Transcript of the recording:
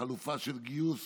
החלופה של גיוס?